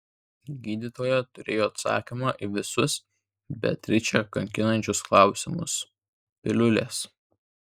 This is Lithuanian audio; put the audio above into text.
gydytoja turėjo atsakymą į visus beatričę kankinančius klausimus piliulės